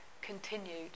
continued